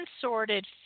sorted